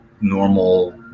normal